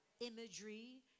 imagery